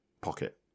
pocket